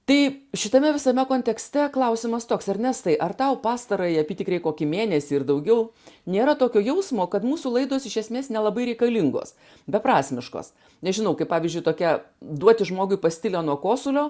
tai šitame visame kontekste klausimas toks ernestai ar tau pastarąjį apytikriai kokį mėnesį ir daugiau nėra tokio jausmo kad mūsų laidos iš esmės nelabai reikalingos beprasmiškos nežinau kaip pavyzdžiui tokia duoti žmogui pastilę nuo kosulio